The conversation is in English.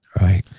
Right